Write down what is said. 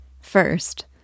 First